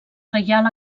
reial